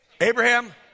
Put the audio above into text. Abraham